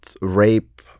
rape